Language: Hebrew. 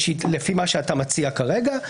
לפי מה שאתה מציע כרגע,